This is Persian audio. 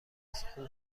خوب